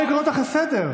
איזו חצופה.